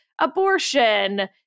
abortion